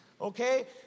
Okay